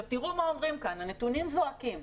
תראו מה אומרים כאן, הנתונים זועקים.